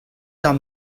d’ar